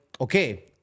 okay